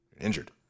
Injured